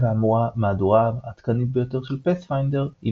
והמהדורה העדכנית ביותר של פאת'פיינדר היא